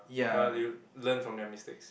ya you learn from their mistakes